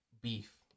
beef